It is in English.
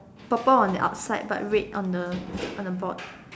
purple on the outside but red on the on the ball